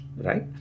right